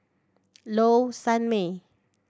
Low Sanmay